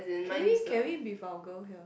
can we can we be vulgar here